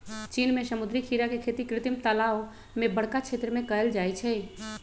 चीन में समुद्री खीरा के खेती कृत्रिम तालाओ में बरका क्षेत्र में कएल जाइ छइ